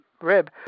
Rib